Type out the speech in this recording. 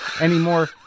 anymore